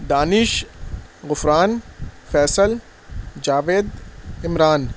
Danish Ghufran Faisal Javed Imran